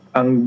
Ang